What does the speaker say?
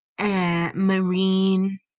marine